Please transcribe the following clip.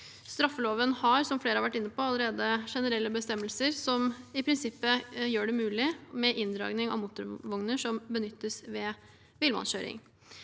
Straffeloven har, som flere har vært inne på, allerede generelle bestemmelser, noe som i prinsippet gjør det mulig med inndragning av motorvogner som benyttes ved villmannskjøring.